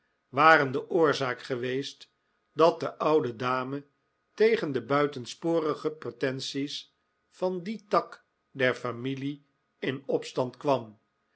waren de oorzaak geweest dat de oude dame tegen de buitensporige pretensies van dien tak der familie in opstand kwam